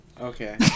Okay